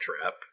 trap